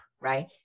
right